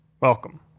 Welcome